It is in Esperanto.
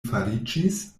fariĝis